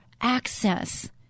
access